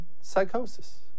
psychosis